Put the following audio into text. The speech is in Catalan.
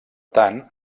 tant